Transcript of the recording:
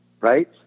Right